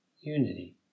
unity